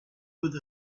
with